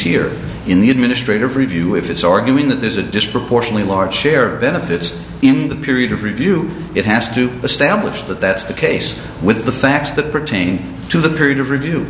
here in the administrative review if it's arguing that there's a disproportionately large share of benefits in the period of review it has to pay the stamp wish but that's the case with the facts that pertain to the period of review